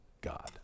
God